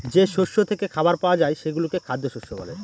যে শস্য থেকে খাবার পাওয়া যায় সেগুলোকে খ্যাদ্যশস্য বলে